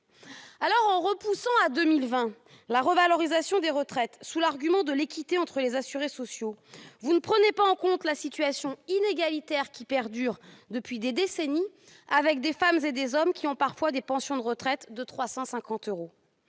En reportant à 2020 la revalorisation des retraites, en arguant de l'équité entre les assurés sociaux, vous ne prenez pas en compte la situation inégalitaire qui perdure depuis des décennies pour des femmes et des hommes dont les pensions de retraite sont parfois